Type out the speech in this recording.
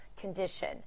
condition